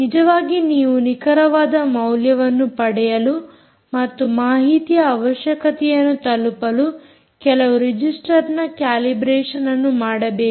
ನಿಜವಾಗಿ ನೀವು ನಿಖರವಾದ ಮೌಲ್ಯವನ್ನು ಪಡೆಯಲು ಮತ್ತು ಮಾಹಿತಿಯ ಅವಶ್ಯಕತೆಯನ್ನು ತಲುಪಲು ಕೆಲವು ರಿಜಿಸ್ಟರ್ನ ಕ್ಯಾಲಿಬ್ರೇಷನ್ಅನ್ನು ಮಾಡಬೇಕು